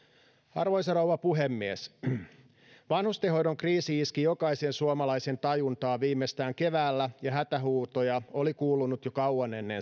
arvoisa rouva puhemies vanhustenhoidon kriisi iski jokaisen suomalaisen tajuntaan viimeistään keväällä ja hätähuutoja oli kuulunut jo kauan ennen